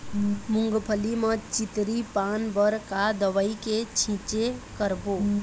मूंगफली म चितरी पान बर का दवई के छींचे करबो?